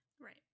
Right